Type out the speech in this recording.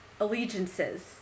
allegiances